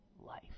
life